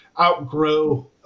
outgrow